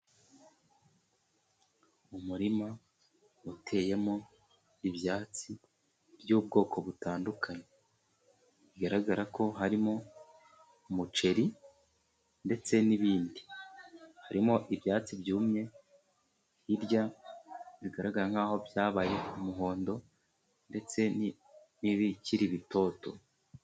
Umurima uteyemo ibyatsi by'ubwoko butandukanye, bigaragara ko harimo umuceri, ndetse n'ibindi. Harimo ibyatsi byumye hirya, bigaragara nk'aho byabaye umuhondo, ndetse n'ibikiri bitoto.